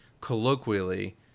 colloquially